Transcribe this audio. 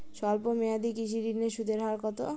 স্বল্প মেয়াদী কৃষি ঋণের সুদের হার কত?